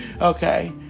Okay